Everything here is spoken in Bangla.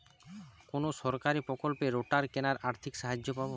কোন সরকারী প্রকল্পে রোটার কেনার আর্থিক সাহায্য পাব?